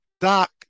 Doc